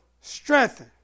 strengthen